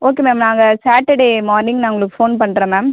okay ma'am நாங்கள் Saturday morning நான் உங்களுக்கு ஃபோன் பண்ணுறேன் மேம்